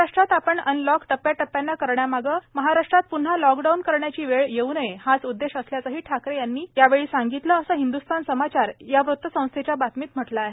महाराष्ट्रात आपण अनलॉक टप्प्याटप्प्याने करण्यामागे महाराष्ट्रात प्न्हा लॉकडाऊन करण्याची वेळ येऊ नये हाच उद्देश असल्याचेही ठाकरे यावेळी म्हणाले असे हिंदुस्तान समाचार या वृत्तसंस्थेच्या बातमीत म्हटले आहे